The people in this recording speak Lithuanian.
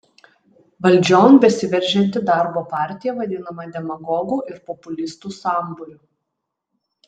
valdžion besiveržianti darbo partija vadinama demagogų ir populistų sambūriu